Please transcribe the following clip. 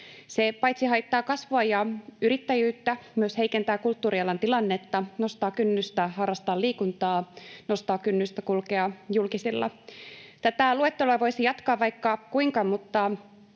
Se paitsi haittaa kasvua ja yrittäjyyttä myös heikentää kulttuurialan tilannetta, nostaa kynnystä harrastaa liikuntaa, nostaa kynnystä kulkea julkisilla. Tätä luetteloa voisi jatkaa vaikka kuinka, mutta